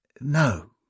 No